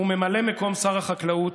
וממלא מקום שר החקלאות